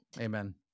Amen